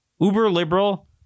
uber-liberal